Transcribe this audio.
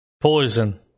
Poison